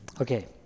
Okay